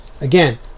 Again